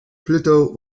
pluto